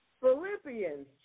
Philippians